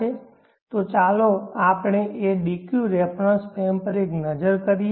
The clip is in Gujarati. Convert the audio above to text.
તેથી ચાલો આપણે તે dq રેફરન્સફ્રેમ પર એક નજર કરીએ